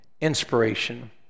inspiration